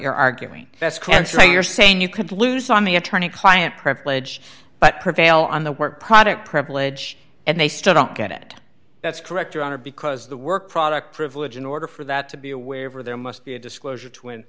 you're arguing that's cancer you're saying you could lose on the attorney client privilege but prevail on the work product privilege and they still don't get it that's correct your honor because the work product privilege in order for that to be aware of or there must be a disclosure twin